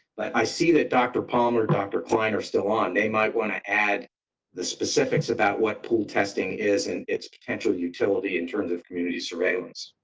but i see that dr palmer, dr klein are still on. they might want to add the specifics about what pool testing is and its potential utility in terms of community surveillance.